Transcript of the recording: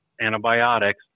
antibiotics